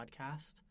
podcast